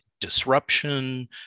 disruption